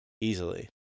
easily